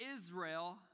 Israel